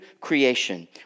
creation